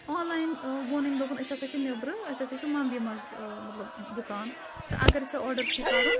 آن ل این ووٚن أمۍ دوٚپُن أسۍ ہَسا چھِ نٮ۪برٕ أسۍ ہَسا چھِ مَمبٕیہِ منٛز مطلب دُکان تہٕ اگر ژےٚ آڈَر چھی کَرُن